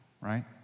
right